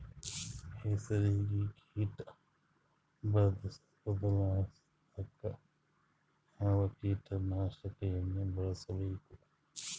ಹೆಸರಿಗಿ ಕೀಟ ಬರಲಾರದಂಗ ಯಾವ ಕೀಟನಾಶಕ ಎಣ್ಣಿಬಳಸಬೇಕು?